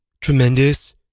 Tremendous